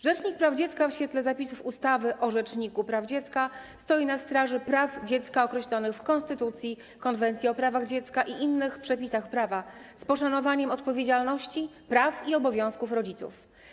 Rzecznik praw dziecka w świetle zapisów ustawy o Rzeczniku Praw Dziecka stoi na straży praw dziecka określonych w konstytucji, Konwencji o prawach dziecka i innych przepisach prawa, z poszanowaniem odpowiedzialności, praw i obowiązków rodziców.